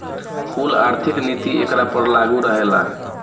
कुल आर्थिक नीति एकरा पर लागू रहेला